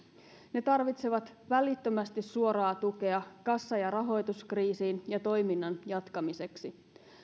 ne tarvitsevat välittömästi suoraa tukea kassa ja rahoituskriisiin ja toiminnan jatkamiseksi